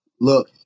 Look